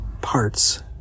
Parts